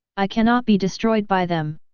i cannot be destroyed by them!